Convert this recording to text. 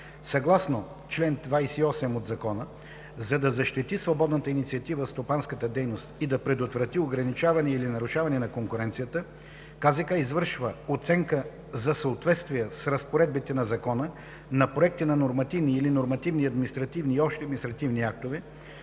Съгласно чл. 28 от Закона, за да защити свободната инициатива в стопанската дейност и да предотврати ограничаването или нарушаването на конкуренцията, КЗК извършва оценка за съответствието с разпоредбите на Закона на проекти на нормативни или нормативни административни и общи административни актове;